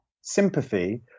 sympathy